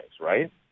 right